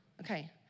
Okay